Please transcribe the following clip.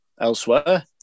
elsewhere